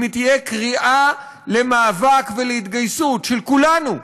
אם היא תהיה קריאה למאבק ולהתגייסות של כולנו,